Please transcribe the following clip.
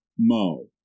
Mo